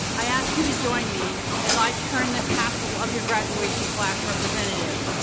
i ask you to join me as i turn the tassel of your graduation class representative.